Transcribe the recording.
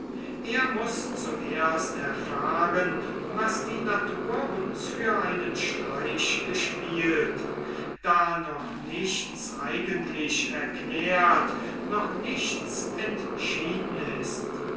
er muß zuerst erfahren was die natur uns für einen streich gespielt da noch nichts eigentlich erklärt noch nichts entschieden ist